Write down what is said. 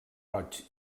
roig